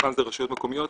שרובם זה רשויות מקומיות,